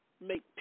Make